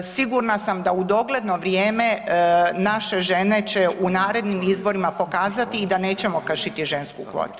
Sigurna sam da u dogledno vrijeme naše žene će u narednim izborima pokazati i da nećemo kršiti žensku kvotu.